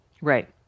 Right